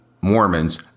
Mormons